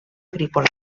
agrícola